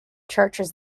churches